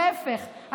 להפך,